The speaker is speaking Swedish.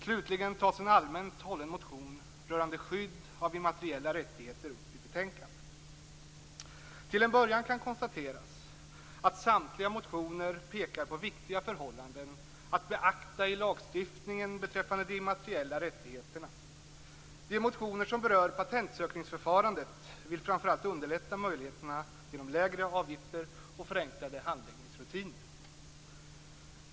Slutligen tas en allmänt hållen motion rörande skydd av immateriella rättigheter upp i betänkandet. Till en början kan konstateras att samtliga motioner pekar på viktiga förhållanden att beakta i lagstiftningen beträffande de immateriella rättigheterna. De motioner som berör patentsökningsförfarandet vill framför allt underlätta möjligheterna genom lägre avgifter och förenklade handläggningsrutiner.